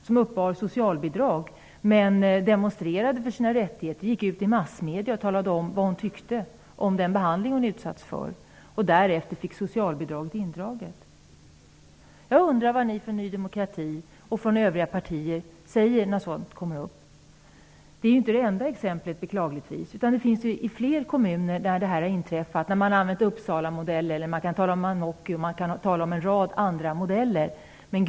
Hon uppbar socialbidrag men demonstrerade för sina rättigheter och gick ut i massmedia och talade om vad hon tyckte om den behandling hon utsatts för. Därefter fick hon socialbidraget indraget. Jag undrar vad ni i Ny demokrati och i övriga partier säger när sådant kommer på tal. Detta är ju beklagligtvis inte det enda exemplet, utan liknande saker har inträffat i flera kommuner där man har använt exempelvis Uppsalamodellen.